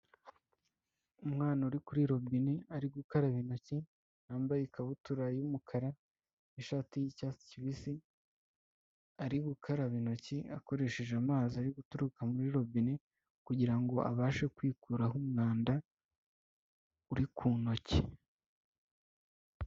Umwana uri kuri robine ari gukaraba intoki yambaye ikabutura y'umukara, ishati y'icyatsi kibisi, ari gukaraba intoki akoresheje amazi ari guturuka muri robine kugira ngo abashe kwikuraho umwanda uri ku ntoki.